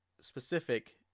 specific